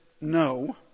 no